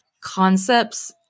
concepts